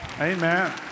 Amen